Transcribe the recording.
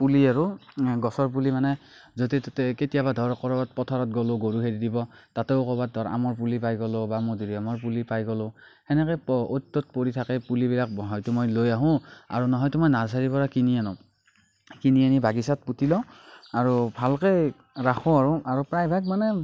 পুলি আৰু গছৰ পুলি মানে য'তে ত'তে কেতিয়াবা ধৰক ক'ৰবাত পথাৰত গ'লো গৰু খেদি দিব তাতেও ক'ৰবাত ধৰ আমৰ পুলি পাই গ'লো বা মধুৰিআমৰ পুলি পাই গ'লো সেনেকৈ অ'ত ত'ত পৰি থাকে পুলিবিলাক হয়তো মই লৈ আহোঁ আৰু নহয়তো মই নাৰ্চাৰীৰ পৰা কিনি আনো কিনি আনি বাগিচাত পুতি লওঁ আৰু ভালকৈ ৰাখোঁ আৰু আৰু প্ৰায়ভাগ মানে